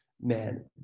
man